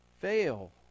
fail